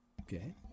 Okay